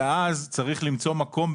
מצוין.